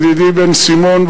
ידידי בן-סימון,